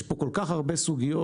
יש פה כל כך הרבה סוגיות,